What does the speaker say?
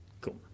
Cool